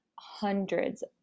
hundreds